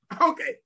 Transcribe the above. Okay